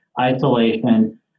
isolation